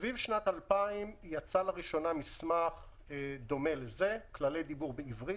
סביב שנת 2000 יצא מסמך של כללי דיבור בעברית.